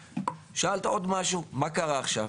ושאלת עוד משהו, מה קרה עכשיו?